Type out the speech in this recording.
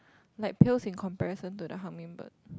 like pales in comparison to the hummingbird